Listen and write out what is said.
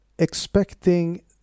expecting